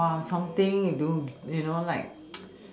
!wah! something to you know like